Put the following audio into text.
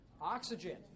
Oxygen